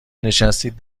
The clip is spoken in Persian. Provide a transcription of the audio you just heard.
نشستید